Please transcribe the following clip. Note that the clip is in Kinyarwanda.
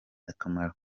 akamaro